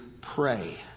pray